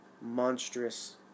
monstrous